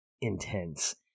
intense